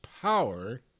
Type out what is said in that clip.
power